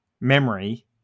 memory